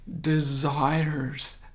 desires